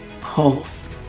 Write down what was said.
Pulse